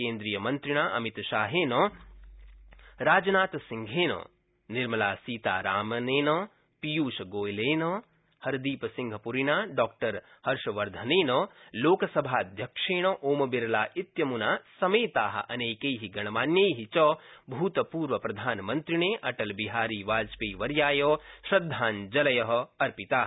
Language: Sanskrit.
केन्द्रीयमन्त्रिणा अमितशाहेन राजनाथसिंहेन निर्मलासीतारामनेन पीयूषगोयलेन हरदीपसिंहपुरिणा डॉहर्षवर्धनेन लोकसभाध्यक्षेण ओमबिरला इत्ययुना समेता अनेकै गणमान्यै च भूतपूर्वप्रधानमन्त्रिणे अटलबिहारीवाजपेयीवर्याय श्रद्धाञ्जलय अर्पिता